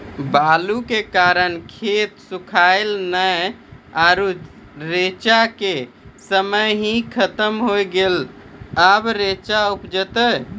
बालू के कारण खेत सुखले नेय आरु रेचा के समय ही खत्म होय गेलै, अबे रेचा उपजते?